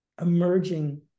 emerging